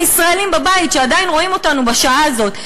הישראלים בבית שעדיין רואים אותנו בשעה הזאת,